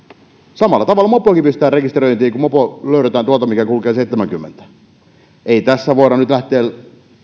samalla tavalla mopokin pistetään rekisteröintiin kun löydetään tuolta mopo mikä kulkee seitsemääkymmentä ei tässä voida nyt lähteä